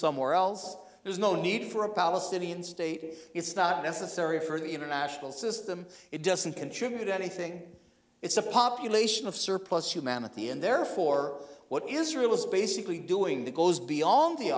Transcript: somewhere else there's no need for a palestinian state it's not necessary for the international system it doesn't contribute anything it's a population of surplus humanity and therefore what israel is basically doing that goes beyond the